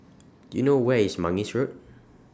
Do YOU know Where IS Mangis Road